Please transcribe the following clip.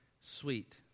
sweet